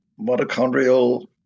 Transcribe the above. mitochondrial